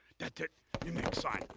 that's it, me make sign,